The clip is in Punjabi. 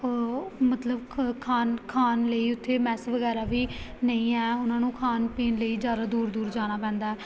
ਮਤਲਬ ਖ ਖਾਣ ਖਾਣ ਲਈ ਉੱਥੇ ਮੈਸ ਵਗੈਰਾ ਵੀ ਨਹੀਂ ਹੈ ਉਹਨਾਂ ਨੂੰ ਖਾਣ ਪੀਣ ਲਈ ਜ਼ਿਆਦਾ ਦੂਰ ਦੂਰ ਜਾਣਾ ਪੈਂਦਾ